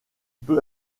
peut